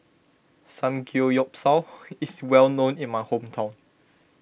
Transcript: Samgeyopsal is well known in my hometown